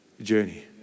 journey